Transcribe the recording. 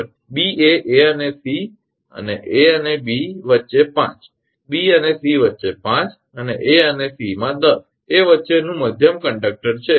𝑏 એ 𝑎 અને 𝑐 અને 𝑎 અને 𝑏 વચ્ચે 5 𝑏 અને 𝑐 વચ્ચે 5 અને 𝑎 અને 𝑐 માં 10 એ વચ્ચેનું મધ્યમ કંડકટર છે